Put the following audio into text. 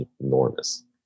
enormous